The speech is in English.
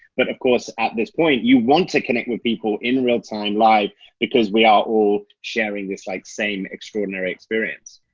but of course, at this point, you want to connect with people in real-time live because we are all sharing this like same extraordinary experience.